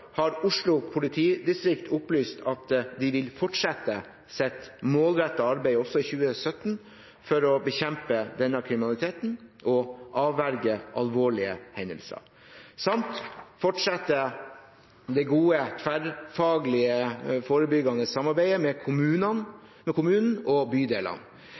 har Oslo politidistrikt opplyst at de vil fortsette sitt målrettede arbeid også i 2017 for å bekjempe denne kriminaliteten og avverge alvorlige hendelser, samt fortsette det gode, tverrfaglige forebyggende samarbeidet med kommunen og bydelene.